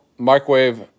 microwave